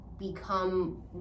become